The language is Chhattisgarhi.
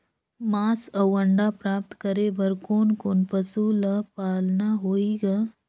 मांस अउ अंडा प्राप्त करे बर कोन कोन पशु ल पालना होही ग?